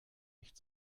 nicht